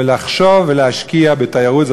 ולחשוב ולהשקיע בתיירות.